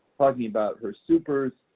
talking about her super,